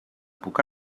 puc